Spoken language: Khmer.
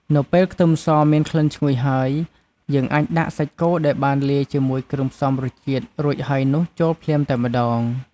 នៅពេលខ្ទឹមសមានក្លិនឈ្ងុយហើយ យើងអាចដាក់សាច់គោដែលបានលាយជាមួយគ្រឿងផ្សំរសជាតិរួចហើយនោះចូលភ្លាមតែម្តង។